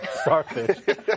starfish